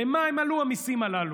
למה עלו המיסים הללו?